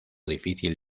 difícil